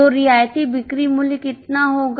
तो रियायती बिक्री मूल्य कितना होगा